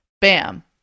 bam